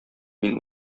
мин